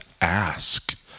ask